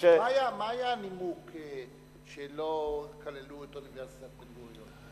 מה היה הנימוק שלא כללו את אוניברסיטת בן-גוריון?